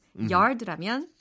yard라면